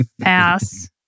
pass